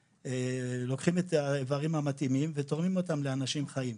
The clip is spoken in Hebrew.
לוקחים את האיברים המתאימים ותורמים אותם לאנשים חיים.